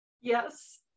Yes